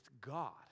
God